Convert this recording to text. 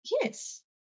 Yes